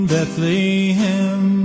Bethlehem